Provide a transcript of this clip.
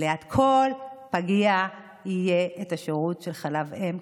וליד כל פגייה יהיה את השירות של חלב אם,